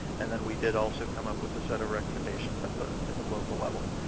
and then we did also come up with a set of recommendations at the at the local level.